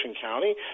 County